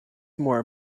more